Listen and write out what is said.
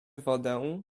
wodę